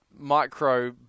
Micro